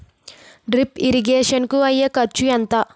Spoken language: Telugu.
డ్రిప్ ఇరిగేషన్ కూ అయ్యే ఖర్చు ఎంత?